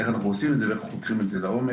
איך אנחנו עושים את זה ואיך חוקרים את זה לעומק.